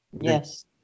yes